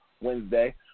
Wednesday